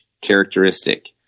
characteristic